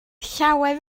llawer